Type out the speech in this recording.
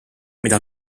mida